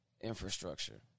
infrastructure